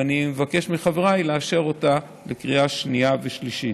ואני מבקש מחבריי לאשר אותה בקריאה שנייה ושלישית.